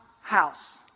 house